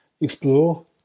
explore